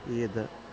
Eid